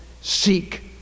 seek